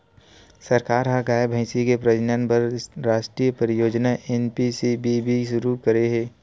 सरकार ह गाय, भइसी के प्रजनन बर रास्टीय परियोजना एन.पी.सी.बी.बी सुरू करे हे